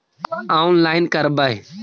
Online करवे?